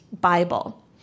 Bible